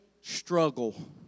struggle